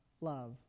love